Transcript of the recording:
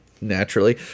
Naturally